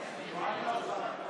נתקבלה.